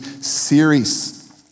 series